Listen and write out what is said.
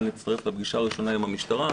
להצטרף לפגישה הראשונה עם המשטרה,